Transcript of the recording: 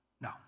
No